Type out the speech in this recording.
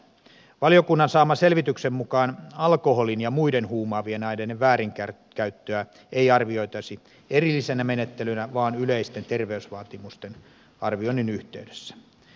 valiokunnan saaman selvityksen mukaan alkoholin ja muiden huumaavien aineiden väärinkäyttöä ei arvioitaisi erillisenä menettelynä vaan yleisten terveysvaatimusten arvioinnin yhteydessä